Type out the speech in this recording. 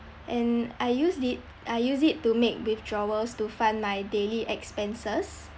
and I use the I use it to make withdrawals to fund my daily expenses